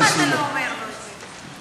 למה אתה לא אומר לו את זה?